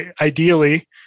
Ideally